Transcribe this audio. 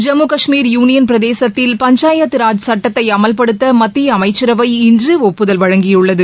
Jammu Kashmir union பிரதேசத்தில் பஞ்சாயத்து ராஜ் சட்டத்தை அமல்படுத்த மத்திய அமைச்சரவை இன்று ஒப்புதல் வழங்கியுள்ளது